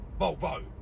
Volvo